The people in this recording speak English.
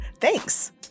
Thanks